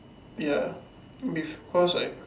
ya beef cause right